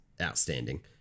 outstanding